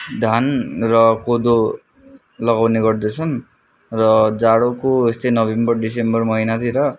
धान र कोदो लगाउने गर्दछन् र जाडोको यस्तै नोभेम्बर डिसेम्बर महिनातिर